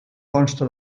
consta